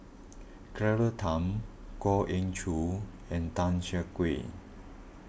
Claire Tham Goh Ee Choo and Tan Siah Kwee